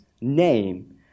name